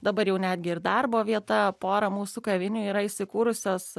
dabar jau netgi ir darbo vieta pora mūsų kavinių yra įsikūrusios